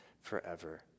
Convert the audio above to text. Forever